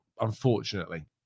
unfortunately